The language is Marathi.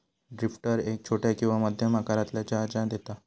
ड्रिफ्टर एक छोट्या किंवा मध्यम आकारातल्या जहाजांत येता